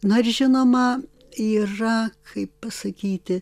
no ir žinoma yra kaip pasakyti